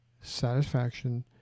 satisfaction